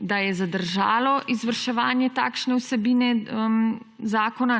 da je zadržalo izvrševanje takšne vsebine zakona,